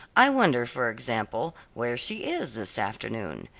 i wonder, for example, where she is this afternoon.